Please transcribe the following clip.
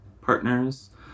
partners